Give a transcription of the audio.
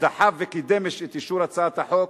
דחף וקידם את אישור הצעת החוק,